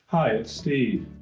hi, it's steve.